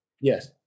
Yes